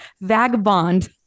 Vagabond